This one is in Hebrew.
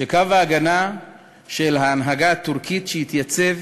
שקו ההגנה של ההנהגה הטורקית, שהתייצב